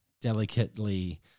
delicately